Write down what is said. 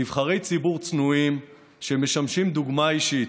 נבחרי ציבור צנועים שמשמשים דוגמה אישית,